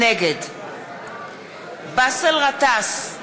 נגד באסל גטאס,